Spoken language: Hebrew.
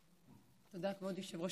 תודה, כבוד יושב-ראש